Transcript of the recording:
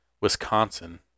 Wisconsin